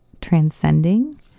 transcending